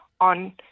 on